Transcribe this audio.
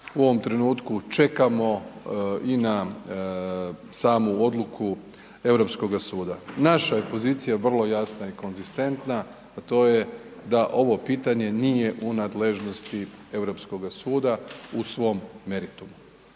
U ovom trenutku čekamo i na samu odluku Europskoga suda. Naša je pozicija vrlo jasna i konzistentna, a to je da ovo pitanje nije u nadležnosti Europskoga suda u svom meritumu.